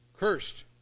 Cursed